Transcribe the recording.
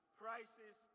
prices